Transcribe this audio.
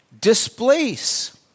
displace